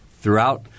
throughout